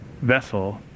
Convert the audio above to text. vessel